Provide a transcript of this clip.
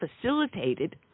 Facilitated